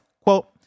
Quote